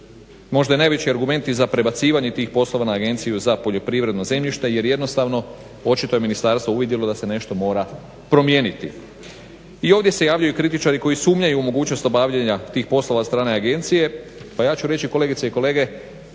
možda najveći argumenti za prebacivanje tih poslova na agenciju za poljoprivredno zemljište jer jednostavno očito je ministarstvo uvidjelo da se ne što mora promijeniti. I ovdje se javljaju kritičari koji sumnjaju u mogućnost obavljanja tih poslova strane agencije pa ja reći kolegice i kolege